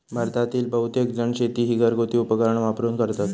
भारतातील बहुतेकजण शेती ही घरगुती उपकरणा वापरून करतत